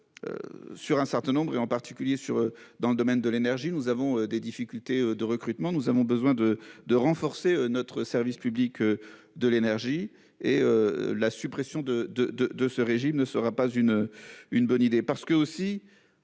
Sur un certain nombre et en particulier sur dans le domaine de l'énergie, nous avons des difficultés de recrutement, nous avons besoin de de renforcer notre service public. De l'énergie et la suppression de de de de ce régime ne sera pas une une bonne idée